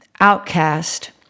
outcast